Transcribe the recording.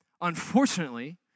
Unfortunately